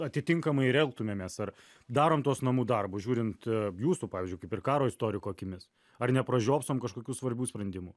atitinkamai ir elgtumėmės ar darom tuos namų darbus žiūrint jūsų pavyzdžiui kaip ir karo istoriko akimis ar nepražiopsom kažkokių svarbių sprendimų